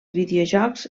videojocs